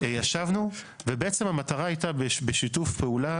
ישבנו ובעצם המטרה הייתה בשיתוף פעולה